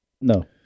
No